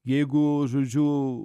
jeigu žodžiu